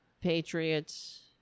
patriots